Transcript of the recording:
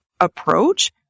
approach